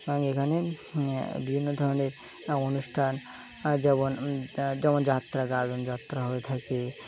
এবং এখানে বিভিন্ন ধরনের অনুষ্ঠান যেমন যেমন যাত্রাগান যাত্রা হয়ে থাকে